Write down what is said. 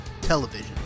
television